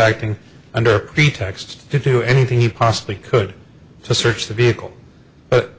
acting under a pretext to do anything he possibly could to search the vehicle but